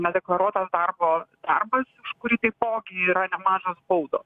nedeklaruotas darbo darbas už kurį taipogi yra nemažos baudos